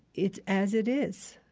it's as it is.